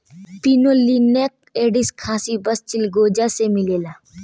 pinolenic acid खासी बस चिलगोजा से मिलेला